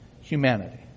humanity